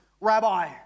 Rabbi